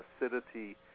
acidity